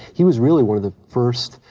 he was really one of the first,